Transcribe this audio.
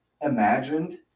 imagined